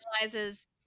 realizes